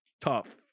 tough